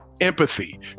empathy